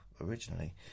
originally